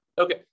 Okay